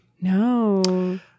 No